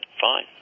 fine